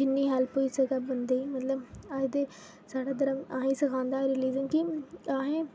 जि'न्नी हेल्प होई सकै बंदे अस ते मतलब साढ़ा धर्म अहें सखांदा साढ़ा रिलिजन की अहें